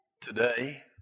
Today